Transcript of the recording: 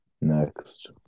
Next